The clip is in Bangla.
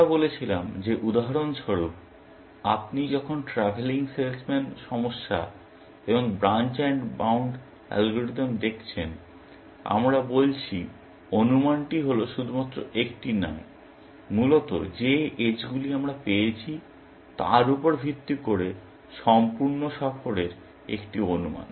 আমরা বলেছিলাম যে উদাহরণস্বরূপ আপনি যখন ট্রাভেলিং সেলসম্যান সমস্যা এবং ব্রাঞ্চ এন্ড বাউন্ড অ্যালগরিদম দেখছেন আমরা বলছি অনুমানটি হল শুধুমাত্র একটি নয় মূলত যে এজগুলি আমরা পেয়েছি তার উপর ভিত্তি করে সম্পূর্ণ সফরের একটি অনুমান